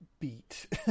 beat